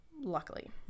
luckily